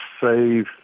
save